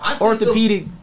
orthopedic